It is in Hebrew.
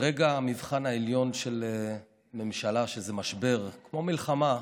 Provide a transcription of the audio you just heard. ברגע המבחן העליון של ממשלה, שזה משבר, כמו מלחמה,